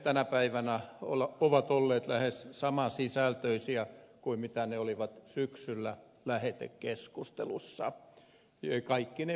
ryhmäpuheet tänä päivänä ovat olleet lähes samansisältöisiä kuin ne olivat syksyllä lähetekeskustelussa kaikkine virheineen